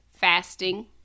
fasting